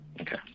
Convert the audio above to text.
Okay